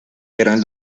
eran